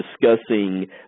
discussing